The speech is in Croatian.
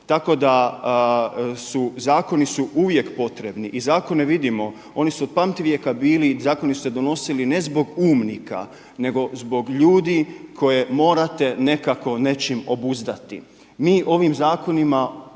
Tako da su zakoni uvijek potrebni i zakone vidimo. Zakoni su se donosili ne zbog umnika, nego zbog ljudi koje morate nekako nečim obuzdati. Mi ovim zakonima pokušavamo